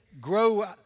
grow